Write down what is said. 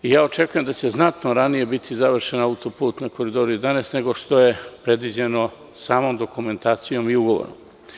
Ja očekujem da će znatno ranije biti završen auto-put na Koridoru 11 nego što je predviđeno samom dokumentacijom i ugovorom.